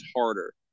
harder